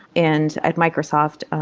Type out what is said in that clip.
and at microsoft,